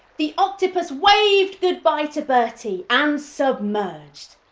the octopus waved goodbye to bertie and submerged,